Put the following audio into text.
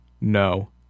No